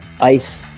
ice